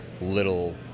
little